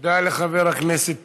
תודה לחבר הכנסת טיבי.